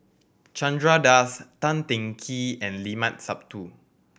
Chandra Das Tan Teng Kee and Limat Sabtu